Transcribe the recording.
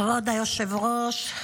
כבוד היושב-ראש,